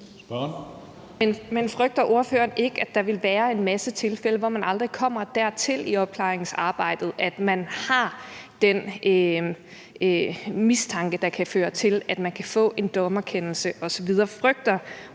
Men frygter ordføreren ikke, at der vil være en masse tilfælde, hvor man aldrig kommer dertil i opklaringsarbejdet, at man har den mistanke, der kan føre til, at man kan få en dommerkendelse osv.?